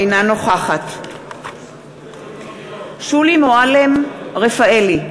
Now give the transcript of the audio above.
אינה נוכחת שולי מועלם-רפאלי,